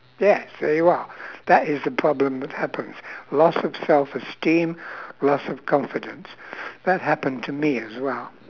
yes there you are that is the problem that happens loss of self esteem loss of confidence that happened to me as well